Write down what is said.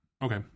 Okay